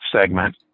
segment